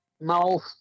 mouth